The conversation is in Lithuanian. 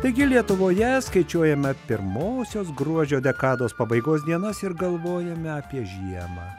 taigi lietuvoje skaičiuojame pirmosios gruodžio dekados pabaigos dienas ir galvojame apie žiemą